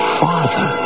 father